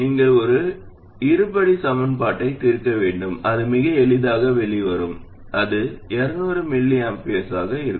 நீங்கள் ஒரு இருபடிச் சமன்பாட்டைத் தீர்க்க வேண்டும் அது மிக எளிதாக வெளிவரும் அது 200 µA ஆக இருக்கும்